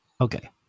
Okay